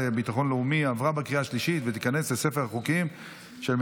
תשעה, אין מתנגדים.